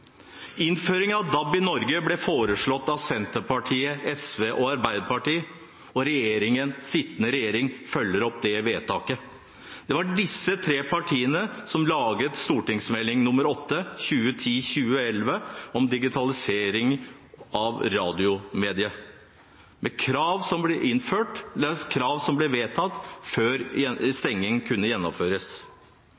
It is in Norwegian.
Innføringen av DAB i Norge ble foreslått av Senterpartiet, Sosialistisk Venstreparti og Arbeiderpartiet, og sittende regjering følger opp det vedtaket. Det var disse tre partiene som laget Meld. St. 8 for 2010–2011 om digitalisering av radiomediet, med krav som ble vedtatt før